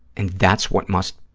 and that's what must,